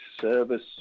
service